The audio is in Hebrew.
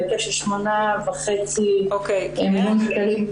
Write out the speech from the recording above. בהיקף של 8.5 מיליון שקלים.